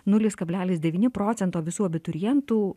nulis kablelis devyni procento visų abiturientų